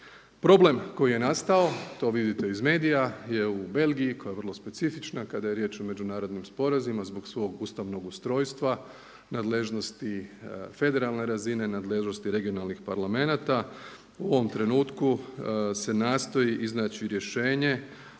Problem koji je nastao to vidite iz medija je u Belgiji koja je vrlo specifična kada je riječ o međunarodnim sporazumima zbog svog ustavnog ustrojstva, nadležnosti federalne razine, nadležnosti regionalnih parlamenata. U ovom trenutku se nastoji iznaći rješenje